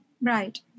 Right